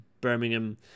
Birmingham